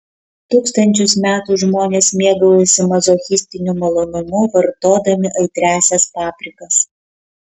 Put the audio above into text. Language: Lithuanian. tūkstančius metų žmonės mėgaujasi mazochistiniu malonumu vartodami aitriąsias paprikas